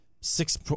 Six